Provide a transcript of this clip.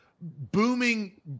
booming